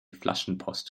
flaschenpost